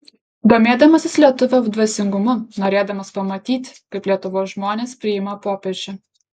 domėdamasis lietuvių dvasingumu norėdamas pamatyti kaip lietuvos žmonės priima popiežių